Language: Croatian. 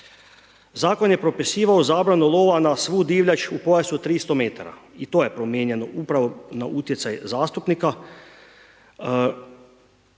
Zakon je propisivao zabranu lova na svu divljač u pojasu tristo metara i to je promijenjeno upravo na utjecaj zastupnika,